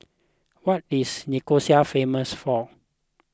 what is Nicosia famous for